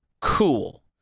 cool